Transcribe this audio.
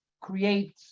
create